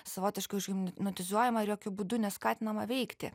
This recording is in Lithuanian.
savotiškai užhipnotizuojama ir jokiu būdu neskatinama veikti